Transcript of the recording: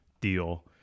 deal